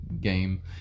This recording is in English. game